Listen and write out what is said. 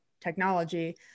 technology